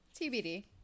TBD